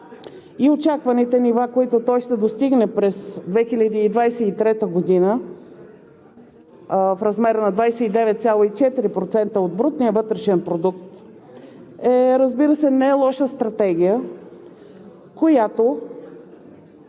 и очакваните нива, които той ще достигне през 2023 г. в размер на 29,4% от брутния вътрешен продукт, е, разбира се, нелоша стратегия, която